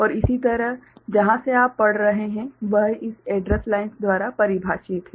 और इसी तरह जहाँ से आप पढ़ रहे हैं वह इस एड्रेस लाइन्स द्वारा परिभाषित है